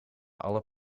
alle